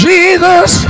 Jesus